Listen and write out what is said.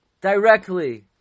directly